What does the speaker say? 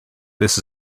this